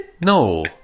No